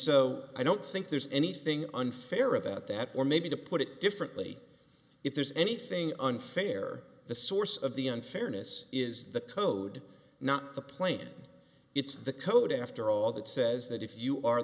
so i don't think there's anything unfair about that or maybe to put it differently if there's anything unfair the source of the unfairness is the code not the plane it's the code after all that says that if you are